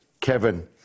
Kevin